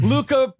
Luca